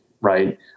right